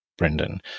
Brendan